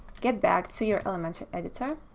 get back to your elementor editor